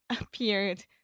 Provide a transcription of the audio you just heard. appeared